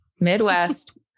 Midwest